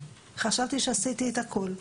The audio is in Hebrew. חשבתי שעשיתי את הכל,